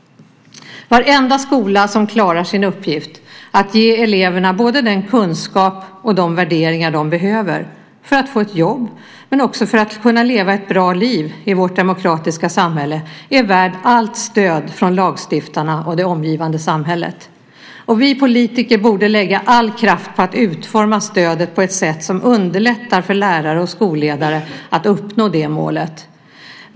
Varenda skola som klarar sin uppgift att ge eleverna både den kunskap och de värderingar de behöver för att få ett jobb men också för att kunna leva ett bra liv i vårt demokratiska samhälle är värd allt stöd från lagstiftarna och det omgivande samhället. Vi politiker borde lägga all kraft på att utforma stödet på ett sätt som underlättar för lärare och skolledare att uppnå det målet.